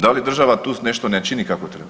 Da li država tu nešto ne čini kako treba?